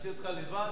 להשאיר אותך לבד?